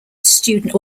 student